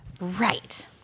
Right